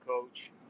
coach